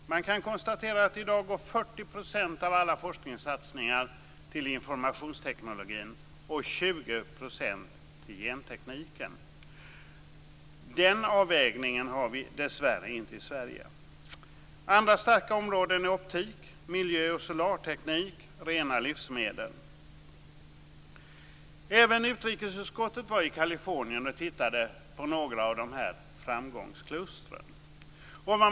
Man kan konstatera att i dag går 40 % av alla forskningssatsningar till informationstekniken och 20 % till gentekniken. Den avvägningen har vi dessvärre inte i Sverige. Andra starka områden är optik, miljö och solarteknik och rena livsmedel. Även utrikesutskottet var i Kalifornien och tittade på några av dessa framgångskluster.